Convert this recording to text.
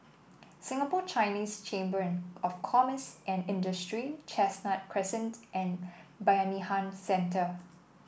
Singapore Chinese Chamber of Commerce and Industry Chestnut Crescent and Bayanihan Centre